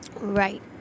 Right